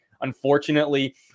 Unfortunately